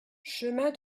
chemin